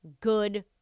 good